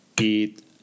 eat